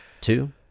two